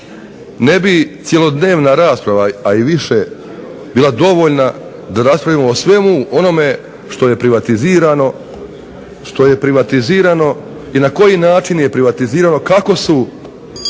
Ne bi cjelodnevna rasprava, a i više bila dovoljna da raspravimo o svemu onome što je privatizirano, i na koji način je privatizirano kako su